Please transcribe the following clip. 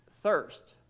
thirst